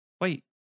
wait